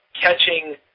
catching